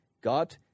God